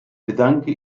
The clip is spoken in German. bedanke